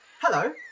hello